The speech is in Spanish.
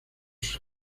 sus